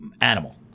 animal